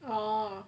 oh